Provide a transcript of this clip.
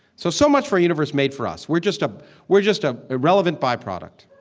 so so much for a universe made for us. we're just ah we're just ah a relevant byproduct